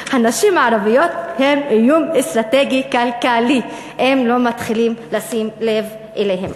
הנשים הערביות הן איום אסטרטגי-כלכלי אם לא מתחילים לשים לב אליהן.